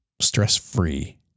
stress-free